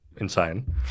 insane